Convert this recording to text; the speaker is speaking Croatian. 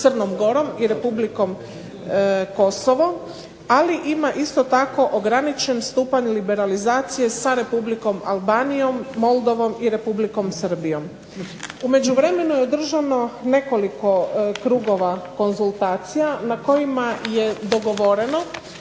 Crnom Gorom i Republikom Kosovo, ali ima isto tako ograničen stupanj liberalizacije sa Republikom Albanijom, Moldovom i Republikom Srbijom. U međuvremenu je održano nekoliko krugova konzultacija na kojima je dogovoreno